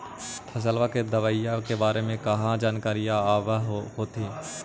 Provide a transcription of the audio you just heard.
फसलबा के दबायें के बारे मे कहा जानकारीया आब होतीन?